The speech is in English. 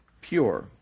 pure